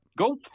Go